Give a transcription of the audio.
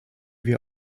wir